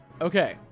Okay